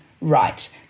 right